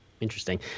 Interesting